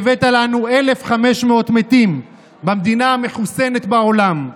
והבאת לנו 1,500 מתים במדינה המחוסנת בעולם,